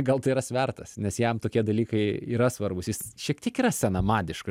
gal tai yra svertas nes jam tokie dalykai yra svarbūs jis šiek tiek yra senamadiškas